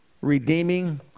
redeeming